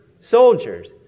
soldiers